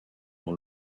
dans